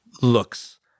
looks